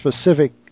specific